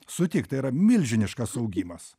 sutik tai yra milžiniškas augimas